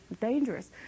dangerous